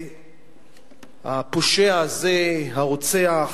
הפושע הזה, הרוצח,